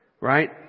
right